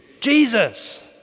Jesus